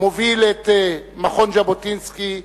המוביל את מכון ז'בוטינסקי,